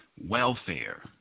welfare